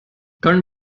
können